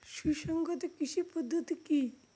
সুসংহত কৃষি পদ্ধতি কি?